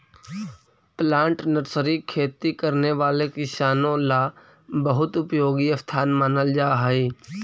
plant nursery खेती करने वाले किसानों ला बहुत उपयोगी स्थान मानल जा हई